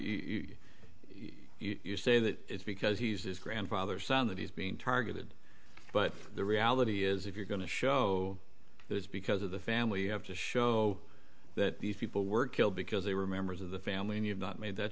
mean you you say that because he says grandfather sign that he's being targeted but the reality is if you're going to show it is because of the family you have to show that these people were killed because they were members of the family and you've not made that